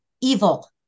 evil